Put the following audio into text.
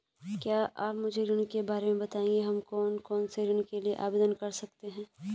क्या आप मुझे ऋण के बारे में बताएँगे हम कौन कौनसे ऋण के लिए आवेदन कर सकते हैं?